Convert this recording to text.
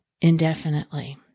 indefinitely